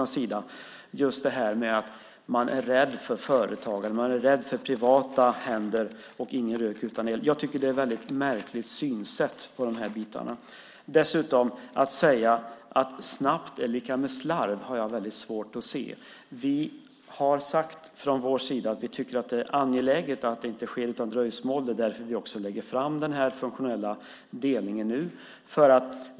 Det gällde just det här med att man är rädd för företagen, att man är rädd för privata händer och att det inte är någon rök utan eld. Jag tycker att det är ett väldigt märkligt synsätt när det gäller de här bitarna. Dessutom har jag väldigt svårt att se att snabbt skulle vara lika med slarv. Vi har från vår sida sagt att vi tycker att det är angeläget att detta sker utan dröjsmål. Det är därför som vi lägger fram förslaget om den här funktionella delningen nu.